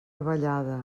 vallada